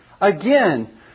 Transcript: again